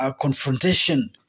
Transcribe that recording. confrontation